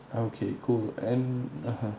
okay cool and (uh huh)